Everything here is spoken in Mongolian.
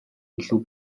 илүү